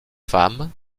femme